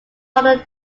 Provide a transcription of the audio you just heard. model